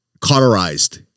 cauterized